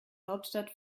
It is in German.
hauptstadt